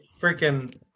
freaking